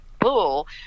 pool